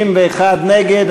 61 נגד.